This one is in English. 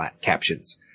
captions